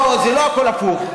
זה לא הכול הפוך.